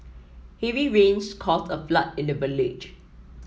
heavy rains caused a flood in the village